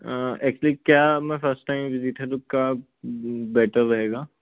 actually क्या मैं first time visit है तो कब बेटर रहेगा